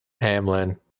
Hamlin